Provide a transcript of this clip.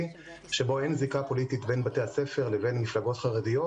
שבו אין זיקה פוליטית בין בתי הספר לבין מפלגות חרדיות,